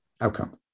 outcome